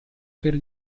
per